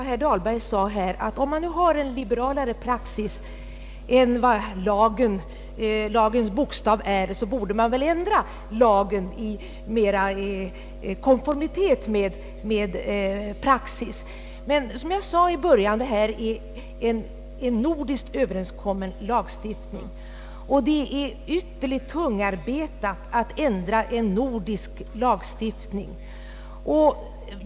Herr talman! Herr Dahlberg sade att vi i Sverige, om vi har en liberalare praxis än vad lagens bokstav säger, borde ändra lagen i större konformitet med praxis. Men: det är här, som jag sade i mitt första anförande, fråga om en inom Norden samordnad lagstiftning, och det är ytterligt tungarbetat alt ändra en nordisk lagstiftning.